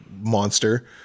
monster